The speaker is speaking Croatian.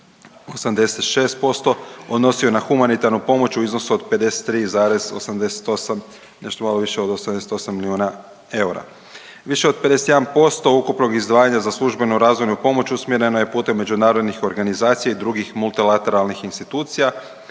39,86% odnosio na humanitarnu pomoć u iznosu od 53,88, nešto malo više od 88 milijuna eura. Više od 51% ukupnog izdvajanja za službenu razvojnu pomoć usmjerena je putem međunarodnih organizacija i drugih multilateralnih institucija,